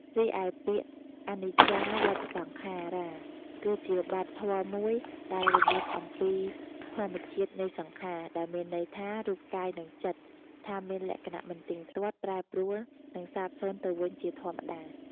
រីឯពាក្យ អនិច្ចាវតសង្ខារ៉ា គឺជាបទធម៌មួយដែលរំលឹកអំពីធម្មជាតិនៃសង្ខារ ដែលមានន័យថា រូបកាយនិងចិត្ត ថាមានលក្ខណៈមិនទៀងទាត់ ប្រែប្រួល និងសាបសូន្យទៅវិញជាធម្មតា។